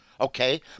okay